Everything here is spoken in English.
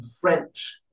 French